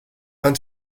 han